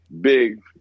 big